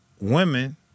women